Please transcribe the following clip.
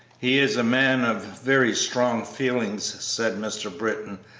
he is a man of very strong feelings, said mr. britton,